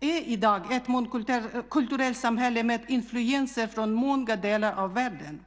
är i dag ett mångkulturellt samhälle med influenser från många delar av världen.